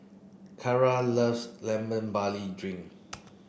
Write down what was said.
Carra loves lemon barley drink